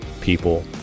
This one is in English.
people